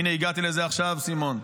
הינה, הגעתי לזה עכשיו, סימון.